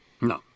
No